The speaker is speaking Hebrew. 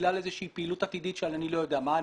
איזושהי פעילות עתידית שאני לא יודע מה היא.